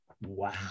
Wow